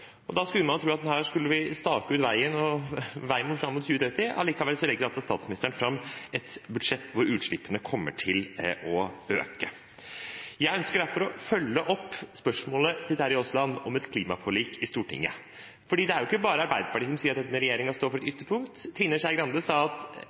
Da skulle man jo tro at her skulle man stake ut veien fram mot 2030. Allikevel legger statsministeren fram et budsjett som fører til at utslippene kommer til å øke. Jeg ønsker derfor å følge opp spørsmålet til Terje Aasland om et klimaforlik i Stortinget. Det er jo ikke bare Arbeiderpartiet som sier at denne regjeringen står for et ytterpunkt. Trine Skei Grande har sagt at